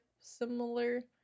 similar